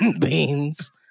Beans